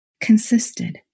consisted